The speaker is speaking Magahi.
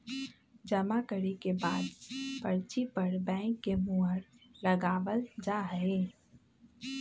जमा करे के बाद पर्ची पर बैंक के मुहर लगावल जा हई